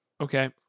Okay